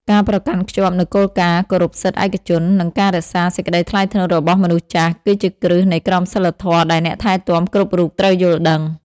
ការប្រកាន់ខ្ជាប់នូវគោលការណ៍គោរពសិទ្ធិឯកជន និងការរក្សាសេចក្តីថ្លៃថ្នូររបស់មនុស្សចាស់ គឺជាគ្រឹះនៃក្រមសីលធម៌ដែលអ្នកថែទាំគ្រប់រូបត្រូវយល់ដឹង។